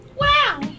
Wow